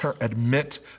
admit